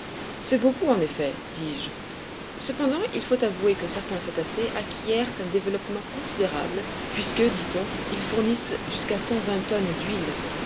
c'est beaucoup en effet dis-je cependant il faut avouer que certains cétacés acquièrent un développement considérable puisque dit-on ils fournissent jusqu'à cent vingt tonnes d'huile